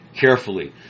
carefully